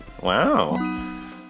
Wow